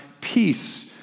peace